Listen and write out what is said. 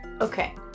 Okay